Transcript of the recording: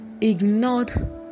ignored